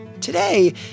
Today